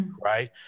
Right